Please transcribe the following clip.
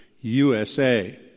USA